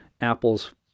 Apple's